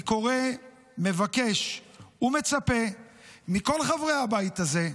אני קורא לכל חברי הבית הזה,